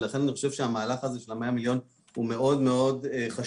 ולכן אני חושב שהמהלך הזה של ה-100 מיליון הוא מאוד מאוד חשוב,